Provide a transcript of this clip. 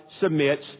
submits